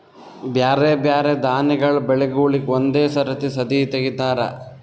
ಬ್ಯಾರೆ ಬ್ಯಾರೆ ದಾನಿಗಳ ಬೆಳಿಗೂಳಿಗ್ ಒಂದೇ ಸರತಿ ಸದೀ ತೆಗಿತಾರ